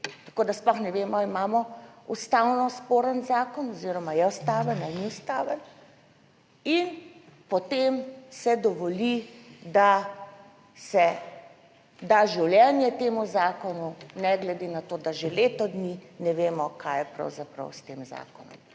tako da sploh ne vemo ali imamo ustavno sporen zakon oziroma je ustaven ali ni ustaven, in potem se dovoli, da se da življenje temu zakonu ne glede na to, da že leto dni ne vemo, kaj je pravzaprav s tem zakonom